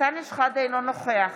אנטאנס שחאדה, אינו נוכח